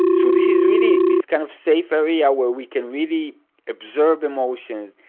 so this is really this kind of safe area where we can really observe emotions,